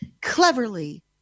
cleverly